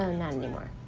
ah not anymore.